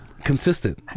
Consistent